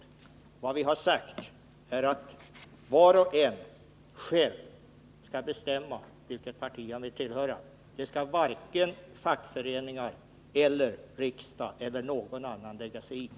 Vad vi sagt är att var och en själv skall bestämma vilket parti han vill tillhöra. Det skall varken fackföreningar, riksdag eller någon annan lägga sig É